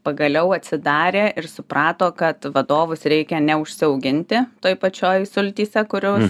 pagaliau atsidarė ir suprato kad vadovus reikia neužsiauginti toj pačioj sultyse kurios